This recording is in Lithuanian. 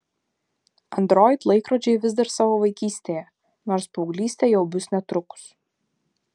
android laikrodžiai vis dar savo vaikystėje nors paauglystė jau bus netrukus